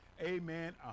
amen